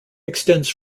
extends